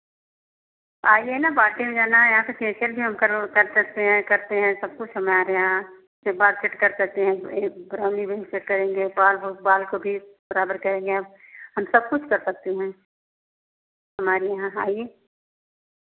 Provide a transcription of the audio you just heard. आइए ना पार्टी में जाना है यहाँ पे फे़शियल भी हम कर कर सकते हैं करते हैं सब कुछ हमारे यहाँ जो बाल कट कर करते हैं आइब्रो भी सेट करेंगे बाल बाल को भी बराबर करेंगे हम हम सब कुछ कर सकते हैं हमारे यहाँ आइए